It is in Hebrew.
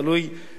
ותלוי,